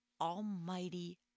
almighty